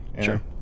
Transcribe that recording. Sure